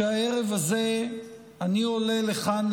שהערב הזה אני עולה לכאן,